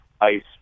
ICE